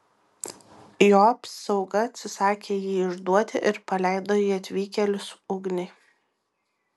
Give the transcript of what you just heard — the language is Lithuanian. jo apsauga atsisakė jį išduoti ir paleido į atvykėlius ugnį